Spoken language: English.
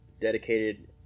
dedicated